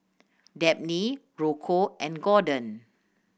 Dabney Rocco and Gorden